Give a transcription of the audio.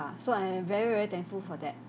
so I am very very thankful for that